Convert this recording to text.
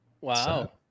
Wow